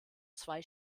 zwei